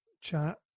chat